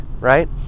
Right